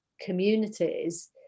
communities